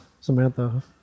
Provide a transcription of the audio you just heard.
Samantha